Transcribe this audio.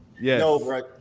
yes